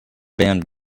band